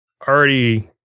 already